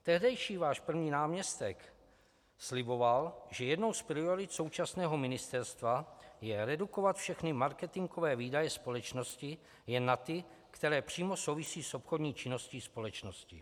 Tehdejší váš první náměstek sliboval, že jednou z priorit současného ministerstva je redukovat všechny marketingové výdaje společnosti jen na ty, které přímo souvisí s obchodní činností společnosti.